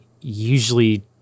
usually